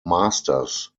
masters